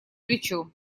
плечо